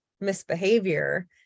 misbehavior